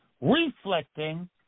reflecting